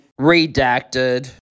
Redacted